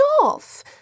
off